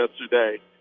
yesterday